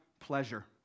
pleasure